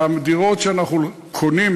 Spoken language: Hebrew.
הדירות שאנחנו קונים,